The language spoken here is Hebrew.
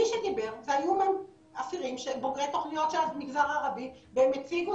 מי שדיבר זה היו אסירים שהם בוגרי תוכניות מהמגזר הערבי והם הציגו